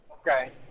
Okay